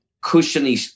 cushiony